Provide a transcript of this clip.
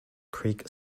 creek